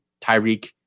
Tyreek